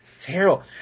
Terrible